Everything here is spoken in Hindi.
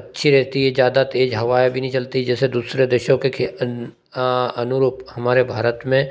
अच्छी रहती है ज़्यादा तेज़ हवाएँ भी नहीं चलती जैसे दूसरे देशों के खिया अनुरूप हमारे भारत में